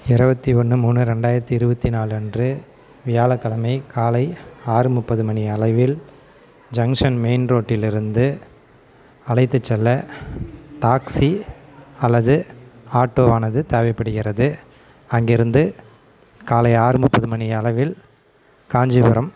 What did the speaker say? இருபத்தி ஒன்று மூணு ரெண்டாயிரத்து இருபத்தி நாலு அன்று வியாழக் கிழமை காலை ஆறு முப்பது மணி அளவில் ஜங்ஷன் மெயின் ரோட்டில் இருந்து அழைத்து செல்ல டாக்ஸி அல்லது ஆட்டோவானது தேவைப்படுகிறது அங்கிருந்து காலை ஆறு முப்பது மணி அளவில் காஞ்சிபுரம்